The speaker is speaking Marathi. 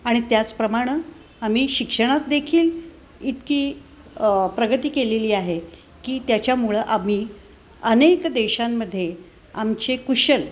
आणि त्याचप्रमाणं आम्ही शिक्षणात देखील इतकी प्रगती केलेली आहे की त्याच्यामुळं आम्ही अनेक देशांमध्ये आमचे कुशल